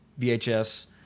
VHS